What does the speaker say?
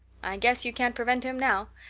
guess you can't prevent him now.